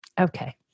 okay